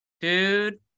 Dude